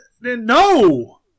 No